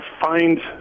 find